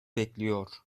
bekliyor